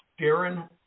Darren